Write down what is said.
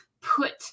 put